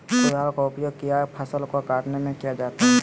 कुदाल का उपयोग किया फसल को कटने में किया जाता हैं?